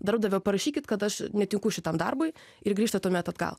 darbdavio parašykit kad aš netinku šitam darbui ir grįžta tuomet atgal